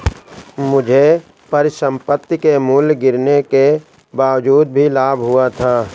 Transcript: मुझे परिसंपत्ति के मूल्य गिरने के बावजूद भी लाभ हुआ था